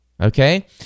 Okay